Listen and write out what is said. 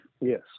Yes